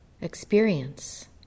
experience